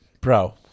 bro